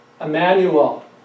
Emmanuel